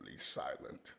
silent